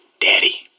Daddy